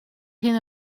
hyn